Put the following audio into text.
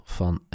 van